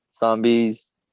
zombies